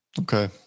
Okay